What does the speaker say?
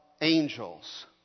angels